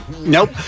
Nope